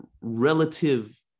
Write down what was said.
relative